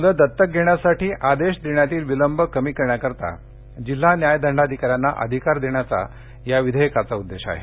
मुलं दत्तक घेण्यासाठी आदेश देण्यातील विलंब कमी करण्याकरिता जिल्हा न्यायदंडाधिकाऱ्यांना अधिकार देण्याचा या विधेयकाचा उद्देश आहे